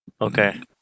Okay